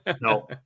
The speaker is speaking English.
no